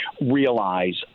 realize